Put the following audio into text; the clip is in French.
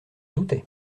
doutais